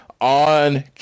on